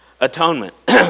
atonement